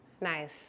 Nice